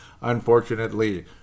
Unfortunately